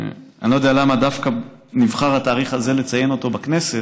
אני לא יודע למה נבחר דווקא התאריך הזה לציין אותו בכנסת,